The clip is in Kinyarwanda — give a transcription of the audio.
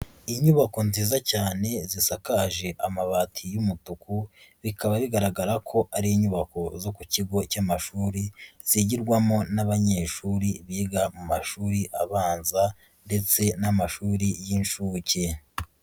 Inyubako nziza cyane zisakaje amabati y'umutuku bikaba bigaragara ko ari inyubako zo ku kigo cy'amashuri zigirwamo n'abanyeshuri biga mu mashuri abanza ndetse n'amashuri y'inshuke.